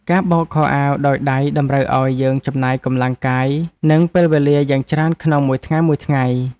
ការបោកខោអាវដោយដៃតម្រូវឱ្យយើងចំណាយកម្លាំងកាយ និងពេលវេលាយ៉ាងច្រើនក្នុងមួយថ្ងៃៗ។